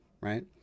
right